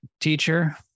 teacher